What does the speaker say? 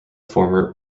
former